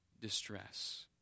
distress